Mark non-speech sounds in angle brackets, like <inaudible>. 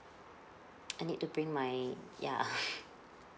I need to bring my ya <breath>